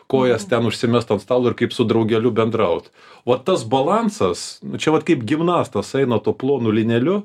kojas ten užsimest ant stalo ir kaip su draugeliu bendraut o tas balansas čia vat kaip gimnastas eina tuo plonu lyneliu